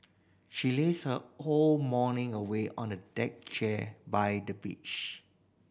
she lazed her whole morning away on a deck chair by the beach